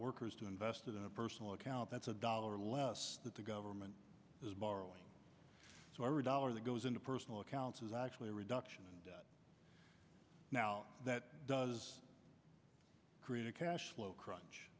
workers to invest in a personal account that's a dollar less that the government is borrowing so every dollar that goes into personal accounts is actually a reduction and now that does create a cash flow crunch